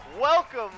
Welcome